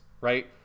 right